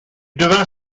devint